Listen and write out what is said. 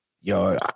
yo